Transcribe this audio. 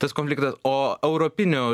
tas konfliktas o europiniu